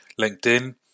LinkedIn